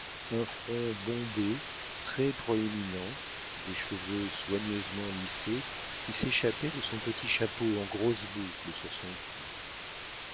un front bombé très proéminent des cheveux soigneusement lissés qui s'échappaient de son petit chapeau en grosses boucles sur son cou